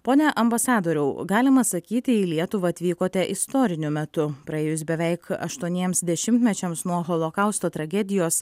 pone ambasadoriau galima sakyti į lietuvą atvykote istoriniu metu praėjus beveik aštuoniems dešimtmečiams nuo holokausto tragedijos